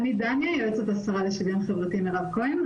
אני יועצת השרה לשוויון חברתי, מירב כהן.